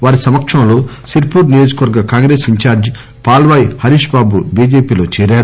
వారి సమక్షంలో సిర్పూర్ నియోజకవర్గ కాంగ్రెస్ ఇన్ ఛాల్లీ పాల్వాయి హరీష్ బాబు బీజేపీలో చేరారు